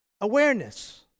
awareness